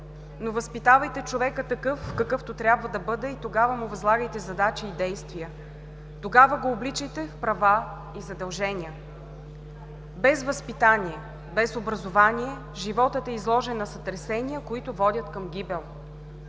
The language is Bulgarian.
но възпитавайте човека такъв, какъвто трябва да бъде и тогава му възлагайте задачи и действия, тогава го обличайте в права и задължения. Без възпитание, без образование животът е изложен на сътресения, които водят към гибел.